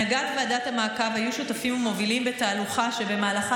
חברי הנהגת ועדת המעקב היו שותפים ומובילים בתהלוכה שבמהלכה